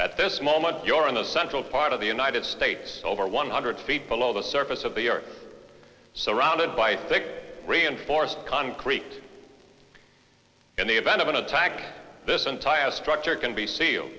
at this moment your in the central part of the united states over one hundred feet below the surface of the earth surrounded by big reinforced concrete in the event of an attack this entire structure can be seal